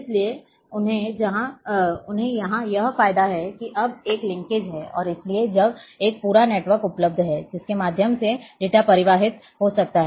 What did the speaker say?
इसलिए उन्हें यहां यह फायदा है कि अब एक लिंकेज है और इसलिए एक पूरा नेटवर्क उपलब्ध है जिसके माध्यम से डेटा प्रवाहित हो सकता है